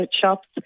shops